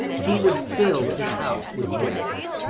he would fill his house with guests,